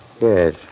Yes